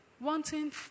wanting